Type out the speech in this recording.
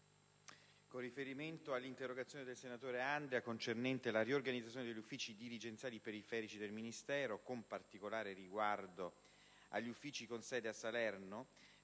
con riferimento all'interrogazione del senatore Andria concernente la riorganizzazione degli uffici dirigenziali periferici del Ministero, con particolare riguardo agli uffici con sede a Salerno,